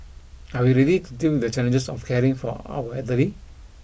are we ready to deal with the challenges of caring for our elderly